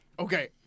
Okay